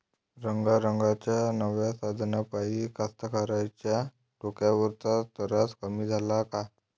रंगारंगाच्या नव्या साधनाइपाई कास्तकाराइच्या डोक्यावरचा तरास कमी झाला का?